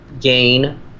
gain